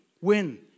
win